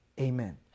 Amen